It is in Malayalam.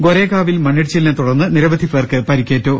ഗൊരേഗാവിൽ മണ്ണിച്ചിലിനെ തുടർന്ന് നിരവധി പേർക്ക് പരിക്കേറ്റു